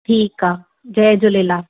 ठीकु आहे जय झूलेलाल